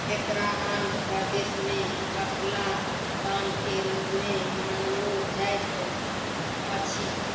एकरा आन्ध्र प्रदेशमे अटला तांडके रूपमे मनाओल जाइत अछि